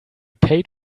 paid